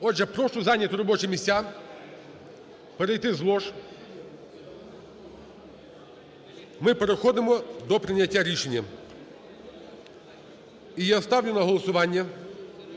Отже, прошу зайняти робочі місця, перейти з лож, ми переходимо до прийняття рішення. І я ставлю на голосування